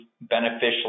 beneficially